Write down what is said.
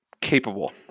capable